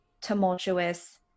tumultuous